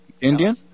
Indian